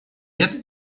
лет